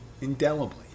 indelibly